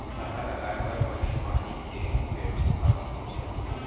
थरहा लगाए बर बने पानी के बेवस्था होनी चाही